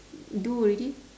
do already